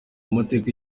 amateka